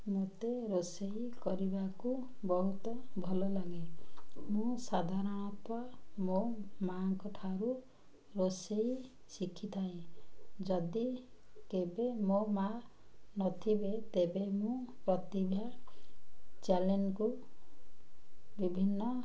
ମୋତେ ରୋଷେଇ କରିବାକୁ ବହୁତ ଭଲ ଲାଗେ ମୁଁ ସାଧାରଣତଃ ମୋ ମାଆଙ୍କ ଠାରୁ ରୋଷେଇ ଶିଖି ଥାଏ ଯଦି କେବେ ମୋ ମାଆ ନଥିବେ ତେବେ ମୁଁ ପ୍ରତିଭା ଚ୍ୟାନେଲ୍କୁ ବିଭିନ୍ନ